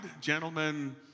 Gentlemen